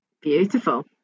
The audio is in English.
beautiful